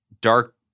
Dark